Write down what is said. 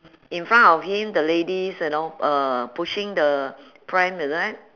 in front of him the lady is you know uh pushing the pram is it